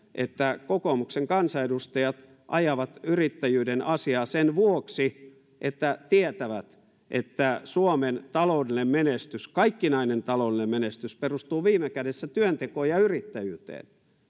että kokoomuksen kansanedustajat ajavat yrittäjyyden asiaa sen vuoksi että tietävät että suomen taloudellinen menestys kaikkinainen taloudellinen menestys perustuu viime kädessä työntekoon ja yrittäjyyteen